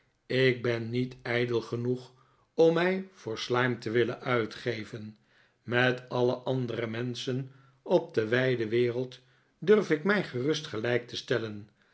ik ben niet ijdel genoeg om mij voor slyme te willen uitgeven met alle andere menschen op de wijde wereld durf ik mij gerust gelijk te stellen